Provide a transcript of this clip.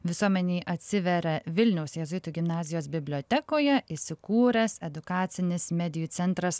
visuomenei atsiveria vilniaus jėzuitų gimnazijos bibliotekoje įsikūręs edukacinis medijų centras